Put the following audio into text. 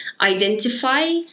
identify